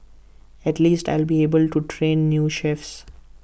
at least I'll be able to train new chefs